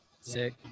Sick